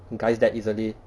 guys that is a gay